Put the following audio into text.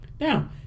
now